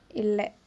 இல்லே:illae